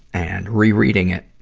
and rereading it,